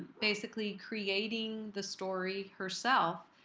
basically creating the story herself.